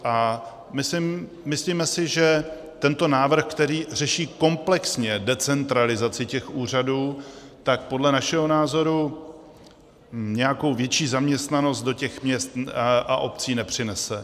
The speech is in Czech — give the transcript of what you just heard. A myslíme si, že tento návrh, který řeší komplexně decentralizaci těch úřadů, podle našeho názoru nějakou větší zaměstnanost do těch měst a obcí nepřinese.